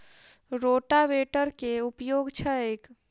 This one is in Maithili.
रोटावेटरक केँ उपयोग छैक?